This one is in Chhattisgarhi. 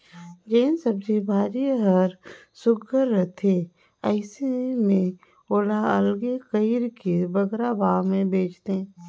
जेन सब्जी भाजी हर सुग्घर रहथे अइसे में ओला अलगे कइर के बगरा भाव में बेंचथें